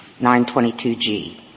922G